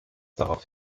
darauf